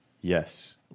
yes